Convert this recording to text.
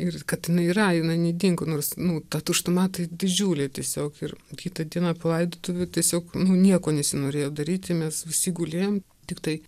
ir kad jinai yra jinai nedingo nors nu ta tuštuma tai didžiulė tiesiog ir kitą dieną po laidotuvių tiesiog nu nieko nesinorėjo daryti mes visi gulėjom tiktai